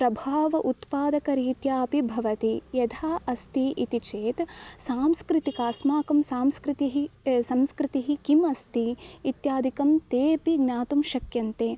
प्रभावः उत्पादकरीत्यापि भवति यथा अस्ति इति चेत् सांस्कृतिकः अस्माकं संस्कृतिः संस्कृतिः किम् अस्ति इत्यादिकं तेपि ज्ञातुं शक्यन्ते